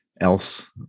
else